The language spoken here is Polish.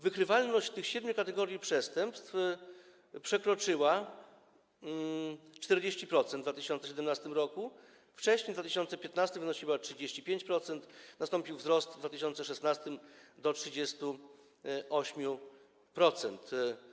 Wykrywalność tych siedmiu kategorii przestępstw przekroczyła 40% w 2017 r.; wcześniej, w 2015 r., wynosiła 35%, nastąpił wzrost w 2016 r. do 38%.